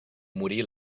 morí